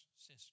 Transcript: sister